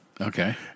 Okay